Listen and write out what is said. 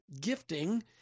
gifting